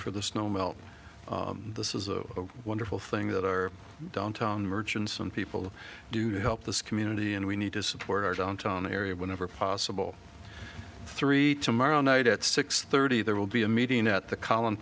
for the snow melt this is a wonderful thing that our downtown merchants and people do to help this community and we need to support our downtown area whenever possible three tomorrow night at six thirty there will be a meeting at the col